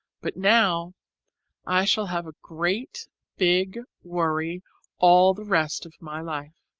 but now i shall have a great big worry all the rest of my life.